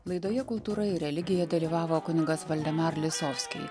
laidoje kultūra ir religija dalyvavo kunigas valdemar lisovski